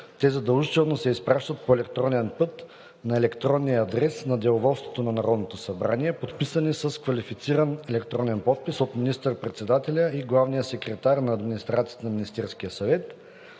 те задължително се изпращат по електронен път на електронния адрес на деловодството на Народното събрание, подписани с квалифициран електронен подпис от министър-председателя и главния секретар на администрацията на Министерския съвет.